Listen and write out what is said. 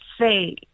say